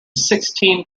sixteen